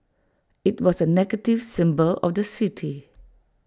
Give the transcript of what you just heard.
IT was A negative symbol of the city